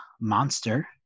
monster